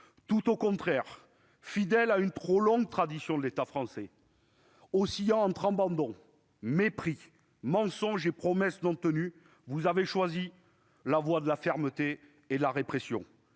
Tout au contraire, fidèle à une trop longue tradition de l'État français, oscillant entre abandon, mépris, mensonges et promesses non tenues, vous avez choisi la voie de la fermeté et de la répression.